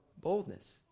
boldness